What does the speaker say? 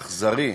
אכזרי,